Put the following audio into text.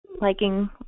liking